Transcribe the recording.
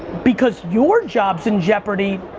because your job's in jeopardy,